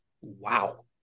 wow